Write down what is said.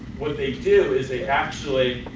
what they do is, they actually